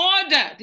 Order